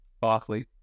Barclay